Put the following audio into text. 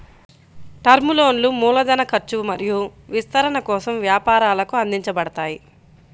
term లోన్లు మూలధన ఖర్చు మరియు విస్తరణ కోసం వ్యాపారాలకు అందించబడతాయి